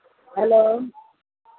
hello